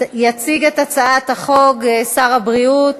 יציג את הצעת החוק שר הבריאות